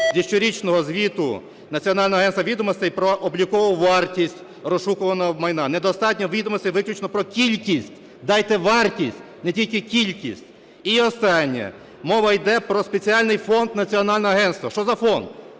зі щорічного звіту національного агентства відомостей про облікову вартість розшукуваного майна, недостатньо відомостей виключно про кількість, дайте вартість, не тільки кількість. І останнє. Мова йде про спеціальний фонд національного агентства. Що за фонд?